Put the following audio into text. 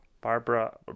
Barbara